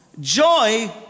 Joy